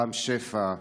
רם שפע,